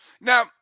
Now